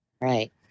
Right